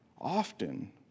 often